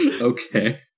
Okay